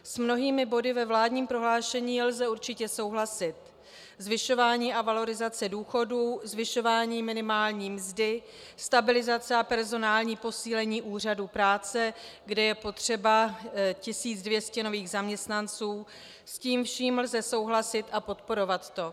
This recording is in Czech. S mnohými body ve vládním prohlášení lze určitě souhlasit: zvyšování a valorizace důchodů, zvyšování minimální mzdy, stabilizace a personální posílení úřadů práce, kde je potřeba 1 200 nových zaměstnanců s tím vším lze souhlasit a podporovat to.